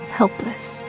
helpless